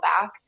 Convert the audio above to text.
back